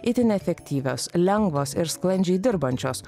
itin efektyvios lengvos ir sklandžiai dirbančios